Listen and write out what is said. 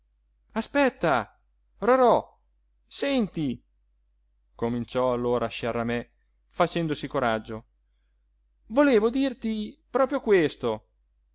aspetta rorò senti cominciò allora sciaramè facendosi coraggio volevo dirti proprio questo